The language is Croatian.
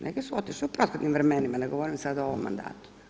Neki su otišli u prethodnim vremenima, ne govorim sada o ovom mandatu.